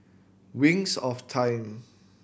Wings of Time